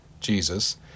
Jesus